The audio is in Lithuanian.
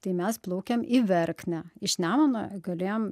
tai mes plaukėm į verknę iš nemuno galėjom